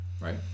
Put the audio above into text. right